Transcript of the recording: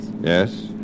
Yes